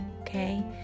Okay